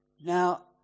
Now